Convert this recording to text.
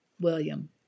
William